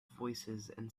voicesand